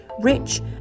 rich